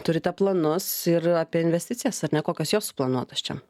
turite planus ir apie investicijas ar ne kokios jos suplanuotos čia